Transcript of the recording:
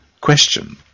Question